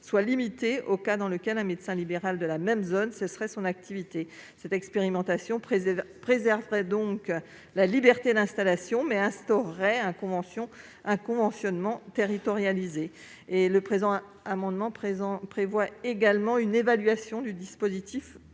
conclu que dans le cas où un médecin libéral de la même zone cesserait son activité. Cette expérimentation préserverait donc la liberté d'installation, mais instaurerait un conventionnement territorialisé. Nous prévoyons également une évaluation de ce dispositif,